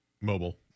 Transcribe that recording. mobile